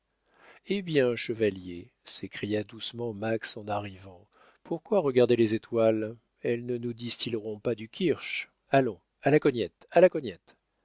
eh bien chevaliers s'écria doucement max en arrivant pourquoi regarder les étoiles elles ne nous distilleront pas du kirsch allons à la cognette à la cognette